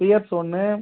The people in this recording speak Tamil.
பியர்ஸ் ஒன்று